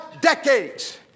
decades